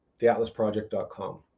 theatlasproject.com